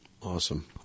awesome